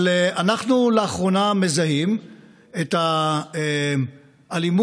אבל אנחנו לאחרונה מזהים את האלימות